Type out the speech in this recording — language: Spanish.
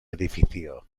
edificio